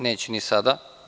Neću ni sada.